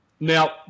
Now